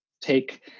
take